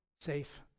safe